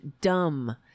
dumb